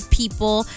people